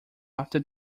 after